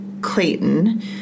Clayton